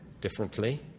differently